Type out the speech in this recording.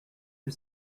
que